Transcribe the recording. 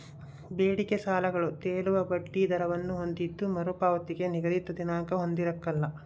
ಬೇಡಿಕೆ ಸಾಲಗಳು ತೇಲುವ ಬಡ್ಡಿ ದರವನ್ನು ಹೊಂದಿದ್ದು ಮರುಪಾವತಿಗೆ ನಿಗದಿತ ದಿನಾಂಕ ಹೊಂದಿರಕಲ್ಲ